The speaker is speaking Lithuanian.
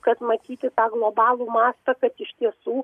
kad matyti tą globalų mastą kad iš tiesų